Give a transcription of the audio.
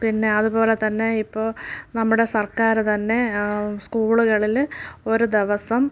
പിന്നെ അതുപോലെ തന്നെ ഇപ്പോൾ നമ്മുടെ സർക്കാർ തന്നെ സ്കൂളുകളിൽ ഒരു ദിവസം